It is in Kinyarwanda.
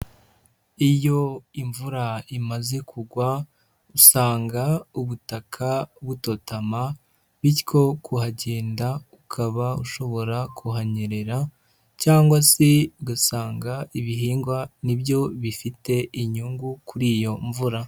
Iyo imvura imaze kugwa usanga ubutaka butotama bityo kuhagenda ukaba ushobora kuhanyerera cyangwa se ugasanga ibihingwa ni byo bifite inyungu kuri iyo mvura.